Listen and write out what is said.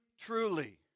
truly